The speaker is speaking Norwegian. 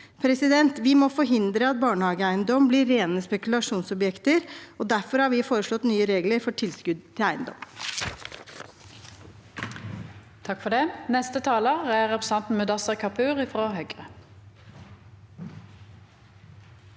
Vi må forhindre at barnehageeiendommer blir rene spekulasjonsobjekter, og derfor har vi foreslått nye regler for tilskudd til eiendom.